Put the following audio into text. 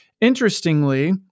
Interestingly